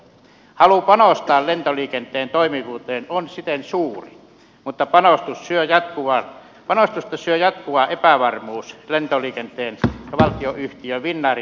halu panostaa lentoliikenteen toimivuuteen on siten suuri mutta panostusta syö jatkuva epävarmuus lentoliikenteen ja valtionyhtiö finnairin tulevaisuudesta